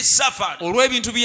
suffered